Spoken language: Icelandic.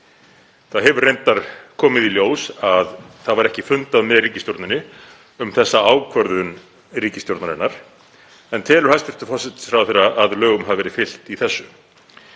Það hefur reyndar komið í ljós að það var ekki fundað með ríkisstjórninni um þessa ákvörðun ríkisstjórnarinnar, en telur hæstv. forsætisráðherra að lögum hafi verið fylgt í þessu?